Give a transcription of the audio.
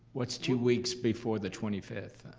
what's two weeks before the twenty fifth?